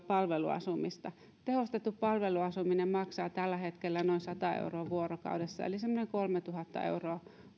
palveluasumista tehostettu palveluasuminen maksaa tällä hetkellä noin sata euroa vuorokaudessa eli semmoiset kolmetuhatta euroa